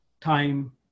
time